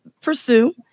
pursue